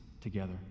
together